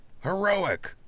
Heroic